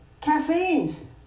Caffeine